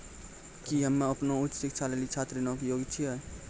कि हम्मे अपनो उच्च शिक्षा लेली छात्र ऋणो के योग्य छियै?